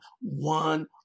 one